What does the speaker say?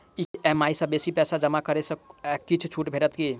EMI सँ बेसी पैसा जमा करै सँ किछ छुट भेटत की?